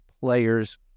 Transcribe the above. players